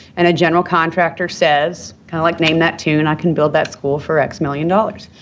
and a general contractor says, kind of like name that tune, i can build that school for x million dollars.